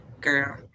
Girl